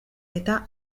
eta